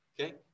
okay